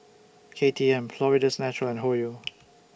K T M Florida's Natural and Hoyu